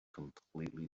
completely